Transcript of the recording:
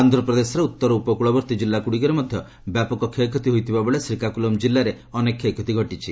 ଆନ୍ଧ୍ରପ୍ରଦେଶର ଉତ୍ତର ଉପକୂଳବର୍ତ୍ତୀ ଜିଲ୍ଲାଗୁଡିକରେ ବ୍ୟାପକ କ୍ଷୟକ୍ଷତି ହୋଇଥିବାବେଳେ ଶ୍ରୀକାକୁଲମ୍ ଜିଲ୍ଲାରେ ଅନେକ କ୍ଷୟକ୍ଷତି ଘଟିଛି